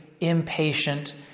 impatient